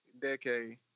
decade